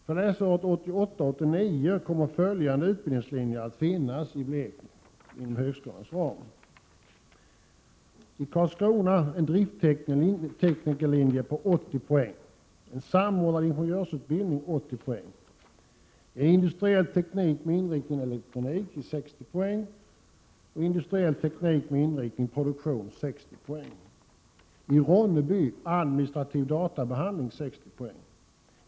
För läsåret 1988/89 kommer följande utbildningslinjer inom högskolans ram att finnas i Karlskrona: en driftsteknikerlinje, 80 poäng, en samordnad ingenjörsutbildning, 80 poäng, en linje för industriell teknik med inriktning på elektronik, 60 poäng, och en linje för industriell teknik med inriktning på produktion, 60 poäng. I Ronneby kommer det att finnas en linje för administrativ databehandling, 60 poäng.